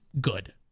good